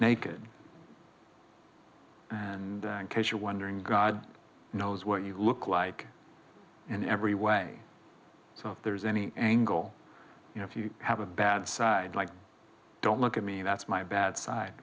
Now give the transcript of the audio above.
naked and case you're wondering god knows what you look like in every way so if there's any angle you know if you have a bad side like don't look at me that's my bad side